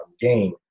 gain